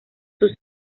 sus